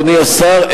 אדוני השר,